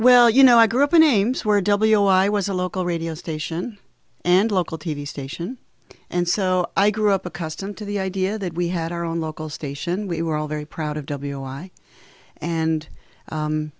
well you know i grew up in ames where w o i was a local radio station and local t v station and so i grew up accustomed to the idea that we had our own local station we were all very proud of w i and